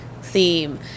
theme